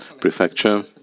prefecture